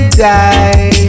die